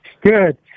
Good